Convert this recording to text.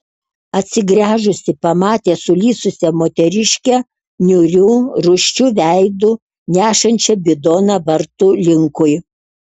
atsigręžusi pamatė sulysusią moteriškę niūriu rūsčiu veidu nešančią bidoną vartų linkui